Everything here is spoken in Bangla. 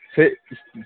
সে